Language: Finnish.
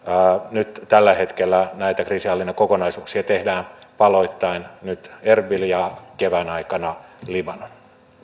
nyt tällä hetkellä näitä kriisinhallinnan kokonaisuuksia tehdään paloittain nyt erbil ja kevään aikana libanon